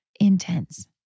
intense